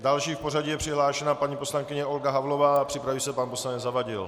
Další v pořadí je přihlášena paní poslankyně Olga Havlová, připraví se pan poslanec Zavadil.